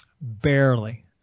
barely